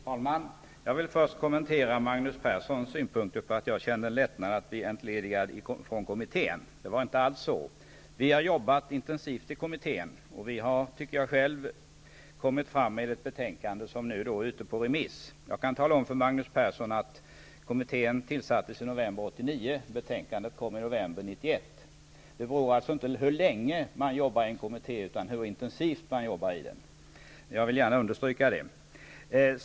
Fru talman! Jag vill först kommentera Magnus Perssons synpunkter på att jag skulle känna mig lättad över att bli entledigad från kommittén. Det var inte alls så. Vi har jobbat intensivt i kommittén. Vi har kommit med ett betänkande som nu är ute på remiss. Jag kan tala om för Magnus Persson att kommittén tillsattes i november 1989, och betänkandet kom i november 1991. Det handlar inte om hur länge man arbetar i en kommitté, utan hur intensivt man jobbar. Jag vill gärna understryka det.